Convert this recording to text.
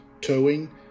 towing